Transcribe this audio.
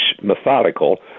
methodical